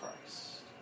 Christ